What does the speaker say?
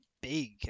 big